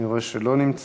אני רואה שהוא לא נמצא.